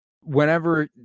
whenever